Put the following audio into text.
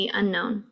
unknown